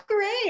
Great